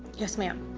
yes ma'am.